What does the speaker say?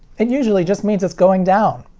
and usually just means it's going down.